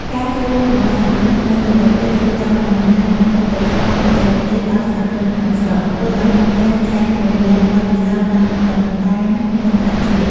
ការចូលរួមរបស់សហគ្រិនខ្មែរនៅបរទេស ធ្វើការបណ្តុះបណ្តាលនិងឧបត្ថម្ភបច្ចេកទេសដល់សហគ្រិនក្នុងស្រុក ធ្វើឱ្យមានការចែករំលែកបទពិសោធន៍ និងបណ្ដាញអន្តរជាតិ។